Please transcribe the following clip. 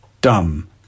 dumb